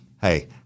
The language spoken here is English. Hey